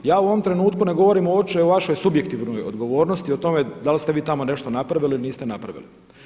Ja u ovom trenutku ne govorim uopće o vašoj subjektivnoj odgovornosti o tome da li ste vi tamo nešto napravili, niste napravili.